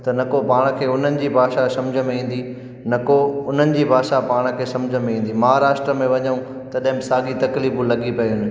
त न को पाण खे उन्हनि जी भाषा सम्झ में ईंदी न को उन्हनि जी भाषा पाण खे सम्झ में ईंदी महाराष्ट्र में वञूं तॾहिं बि साॻी तकलीफ़ूं लॻी पयूं आहिनि